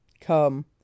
Come